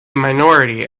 minority